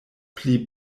pri